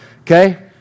Okay